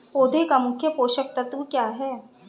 पौधे का मुख्य पोषक तत्व क्या हैं?